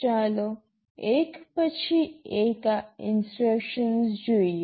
ચાલો એક પછી એક આ ઇન્સટ્રક્શનસ જોઈએ